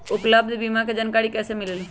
उपलब्ध बीमा के जानकारी कैसे मिलेलु?